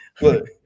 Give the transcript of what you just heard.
Look